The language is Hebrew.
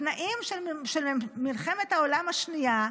בתנאים של מלחמת העולם השנייה,